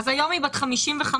יום היא בת 55?